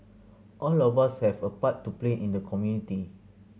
all of us have a part to play in the community